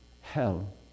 hell